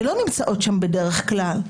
שלא נמצאות שם בדרך כלל.